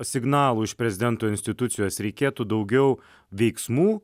signalų iš prezidento institucijos reikėtų daugiau veiksmų